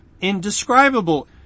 indescribable